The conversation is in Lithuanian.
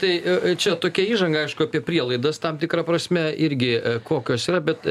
tai čia tokia įžanga aišku apie prielaidas tam tikra prasme irgi kokios yra bet